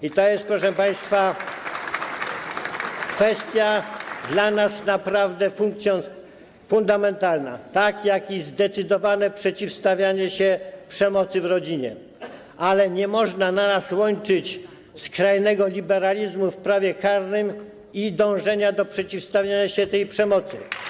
I to jest, proszę państwa, kwestia dla nas naprawdę fundamentalna, tak jak i zdecydowane przeciwstawianie się przemocy w rodzinie, ale nie można na raz łączyć skrajnego liberalizmu w prawie karnym i dążenia do przeciwstawiania się tej przemocy.